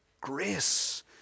grace